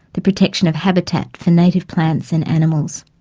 the protection of habitat for native plants and animals.